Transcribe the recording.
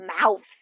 mouth